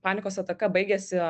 panikos ataka baigiasi